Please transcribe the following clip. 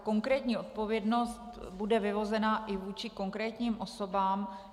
Konkrétní odpovědnost bude vyvozena i vůči konkrétním osobám.